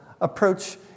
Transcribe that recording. approach